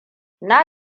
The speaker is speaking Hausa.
na